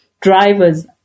drivers